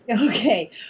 Okay